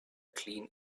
clean